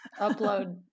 Upload